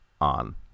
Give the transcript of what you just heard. on